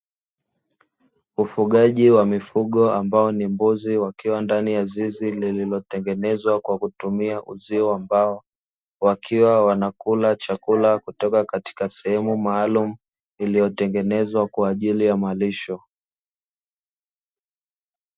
Ufugaji wa mifugo ambao ni mbuzi wakiwa ndani ya zizi lililotengenezwa kwa kutumia uzio, ambao wakiwa wanakula chakula kutoka katika sehemu maalumu, iliyotengenezwa kwa ajili ya malisho.